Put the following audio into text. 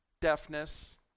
deafness